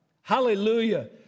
Hallelujah